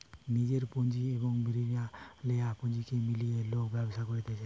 নিজের পুঁজি এবং রিনা লেয়া পুঁজিকে মিলিয়ে লোক ব্যবসা করতিছে